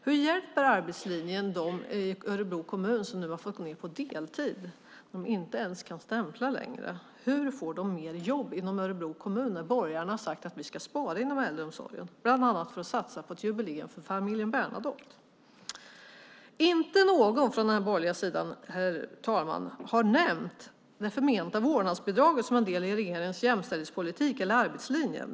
Hur hjälper arbetslinjen dem i Örebro kommun som nu har gått ned på deltid och inte ens kan stämpla längre? Hur får man fler jobb i Örebro kommun när borgarna sagt att vi ska spara inom äldreomsorgen, bland annat för att satsa på ett jubileum för familjen Bernadotte? Inte någon från den borgerliga sidan har nämnt, herr talman, det förmenta vårdnadsbidraget som en del i regeringens jämställdhetspolitik eller arbetslinje.